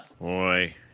boy